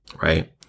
right